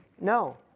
No